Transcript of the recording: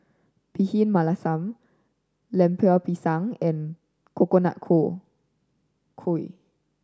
Bhindi Masala Lemper Pisang and Coconut Kuih